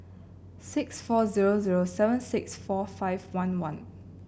six four zero zero seven six four five one one